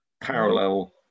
parallel